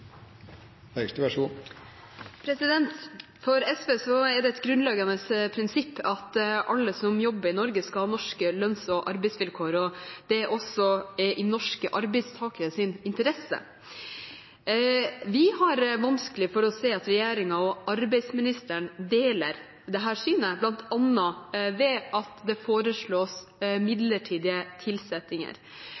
arbeidskraft i så pass stor grad, noe som gjør at vi trenger både utenlandsk arbeidskraft og å få mer ut av vår egen arbeidskraft. For SV er det et grunnleggende prinsipp at alle som jobber i Norge, skal ha norske lønns- og arbeidsvilkår. Det er også i norske arbeidstakeres interesse. Vi har vanskelig for å se at regjeringen og arbeidsministeren deler